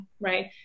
right